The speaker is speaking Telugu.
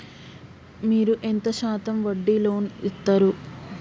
మీరు ఎంత శాతం వడ్డీ లోన్ ఇత్తరు?